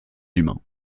humains